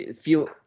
feel